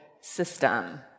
system